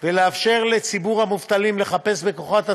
ולאפשר לציבור המובטלים לחפש בכוחות עצמם,